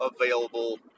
available